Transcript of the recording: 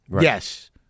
yes